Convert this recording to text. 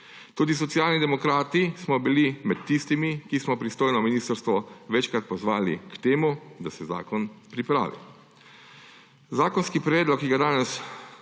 Tudi Socialni demokrati smo bili med tistimi, ki smo pristojno ministrstvo večkrat pozvali k temu, da se zakon pripravi. Zakonski predlog, ki ga danes